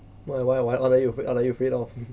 why why why what are you what are you afraid of